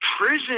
Prison